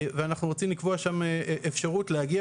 אנחנו רוצים לקבוע שם אפשרות להגיע